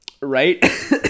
right